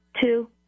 Two